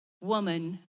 woman